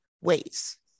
ways